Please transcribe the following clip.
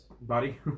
Body